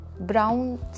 brown